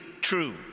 true